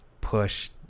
push